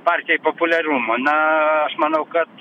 partijai populiarumo na aš manau kad